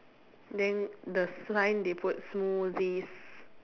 then the sign they put smoothies